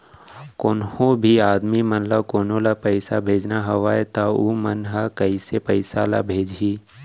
कोन्हों भी आदमी मन ला कोनो ला पइसा भेजना हवय त उ मन ह कइसे पइसा ला भेजही?